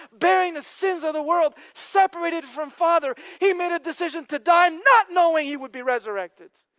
bearing the sins of the world, separated from father, he made a decision to die, not knowing he would be resurrected.